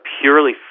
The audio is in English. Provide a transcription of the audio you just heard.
purely